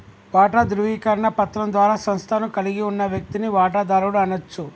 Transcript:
వాటా ధృవీకరణ పత్రం ద్వారా సంస్థను కలిగి ఉన్న వ్యక్తిని వాటాదారుడు అనచ్చు